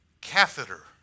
catheter